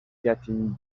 getting